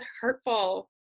hurtful